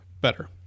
better